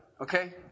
okay